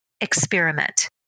experiment